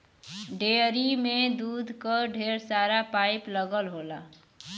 dairy में दूध क ढेर सारा पाइप लगल होला